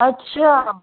अच्छा